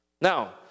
Now